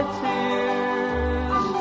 tears